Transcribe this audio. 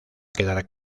quedar